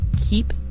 Keep